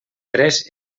tres